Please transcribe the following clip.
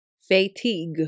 fatigue